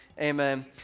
Amen